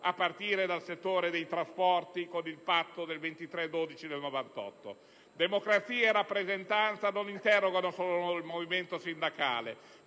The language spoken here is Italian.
a partire dal settore dei trasporti con il patto del 23 dicembre 1998. Democrazia e rappresentanza non interrogano solamente il movimento sindacale,